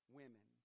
women